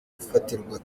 gufatirwa